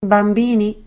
Bambini